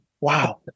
wow